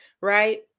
right